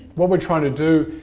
what we're trying to do,